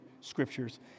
scriptures